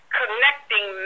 connecting